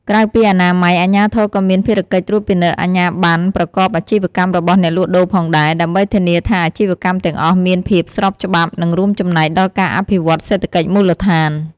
ក្រៅពីអនាម័យ អាជ្ញាធរក៏មានភារកិច្ចត្រួតពិនិត្យអាជ្ញាប័ណ្ណប្រកបអាជីវកម្មរបស់អ្នកលក់ដូរផងដែរ ដើម្បីធានាថាអាជីវកម្មទាំងអស់មានភាពស្របច្បាប់ និងរួមចំណែកដល់ការអភិវឌ្ឍសេដ្ឋកិច្ចមូលដ្ឋាន។